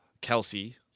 Kelsey